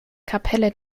kapelle